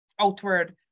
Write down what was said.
outward